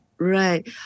Right